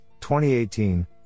2018